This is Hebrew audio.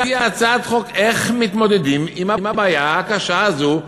הצעת חוק איך מתמודדים עם הבעיה הקשה הזאת,